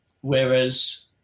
Whereas